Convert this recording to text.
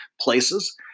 places